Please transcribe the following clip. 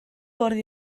fwrdd